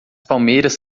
palmeiras